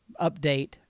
update